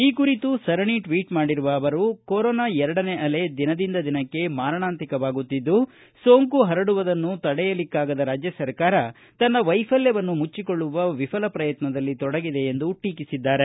ಈ ಕುರಿತು ಸರಣಿ ಟ್ವೀಟ್ ಮಾಡಿರುವ ಅವರು ಕೊರೊನಾ ಎರಡನೇ ಅಲೆ ದಿನದಿಂದ ದಿನಕ್ಕೆ ಮಾರಣಾಂತಿಕವಾಗುತ್ತಿದ್ದು ಸೋಂಕು ಪರಡುವುದನ್ನು ತಡೆಯಲಿಕ್ಕಾಗದ ರಾಜ್ಯ ಸರ್ಕಾರ ತನ್ನ ವೈಫಲ್ಯವನ್ನು ಮುಚ್ಚಿಕೊಳ್ಳುವ ವಿಫಲ ಪ್ರಯತ್ನದಲ್ಲಿ ತೊಡಗಿದೆ ಎಂದು ಟೀಕಿಸಿದ್ದಾರೆ